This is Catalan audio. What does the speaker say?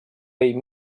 bell